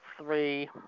three